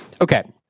Okay